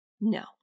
No